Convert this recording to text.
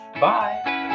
bye